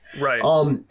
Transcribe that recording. Right